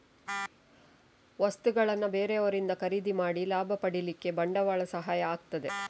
ವಸ್ತುಗಳನ್ನ ಬೇರೆಯವರಿಂದ ಖರೀದಿ ಮಾಡಿ ಲಾಭ ಪಡೀಲಿಕ್ಕೆ ಬಂಡವಾಳ ಸಹಾಯ ಆಗ್ತದೆ